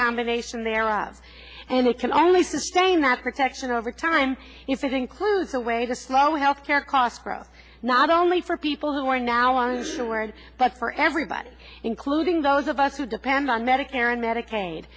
combination thereof and they can only sustain that protection over time if it includes the way the small health care costs grow not only for people who are now on the word but for everybody including those of us who depend on medicare and medicaid